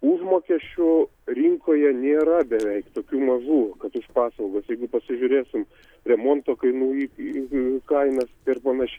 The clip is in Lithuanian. užmokesčių rinkoje nėra beveik tokių mažų kad už paslaugas jeigu pasižiūrėsim remonto kainų į į kainas ir panašiai